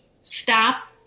stop